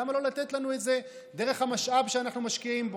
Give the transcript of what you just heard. למה לא לתת לנו את זה דרך המשאב שאנחנו משקיעים בו?